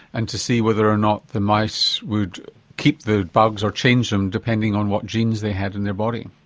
and to see whether or not the mice would keep the bugs or change them, depending on what genes they had in their body.